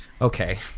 Okay